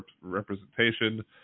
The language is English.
representation